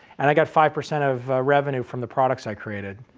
and i got five percent of revenue from the products i created.